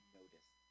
noticed